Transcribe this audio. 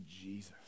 Jesus